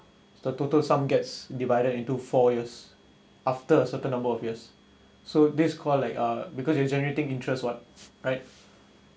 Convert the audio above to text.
the total sum gets divided into four years after a certain number of years so this called like a because it generating interest what right